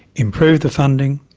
improve the funding,